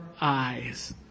eyes